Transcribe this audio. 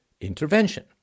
intervention